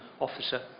officer